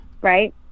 Right